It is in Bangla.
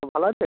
ভালো আছে